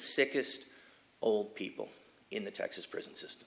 sickest old people in the texas prison system